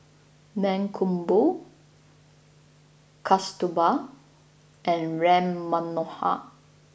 Mankombu Kasturba and Ram Manohar